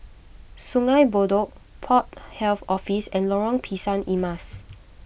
Sungei Bedok Port Health Office and Lorong Pisang Emas